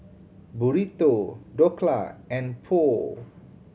Burrito Dhokla and Pho